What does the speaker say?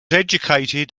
educated